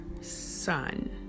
sun